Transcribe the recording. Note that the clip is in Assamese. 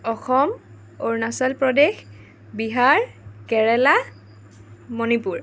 অসম অৰুণাচল প্ৰদেশ বিহাৰ কেৰেলা মণিপুৰ